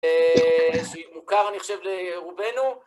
זה מוכר, אני חושב, לרובנו.